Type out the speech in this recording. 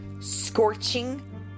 scorching